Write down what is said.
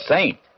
Saint